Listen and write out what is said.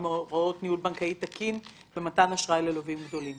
מהוראות ניהול בנקאי תקין במתן אשראי ללווים גדולים?